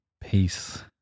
Peace